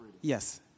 Yes